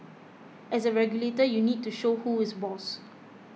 as a regulator you need to show who is boss